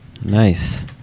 nice